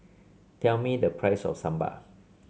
tell me the price of Sambar